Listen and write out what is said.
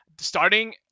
starting